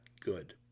good